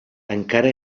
encara